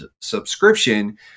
subscription